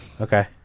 Okay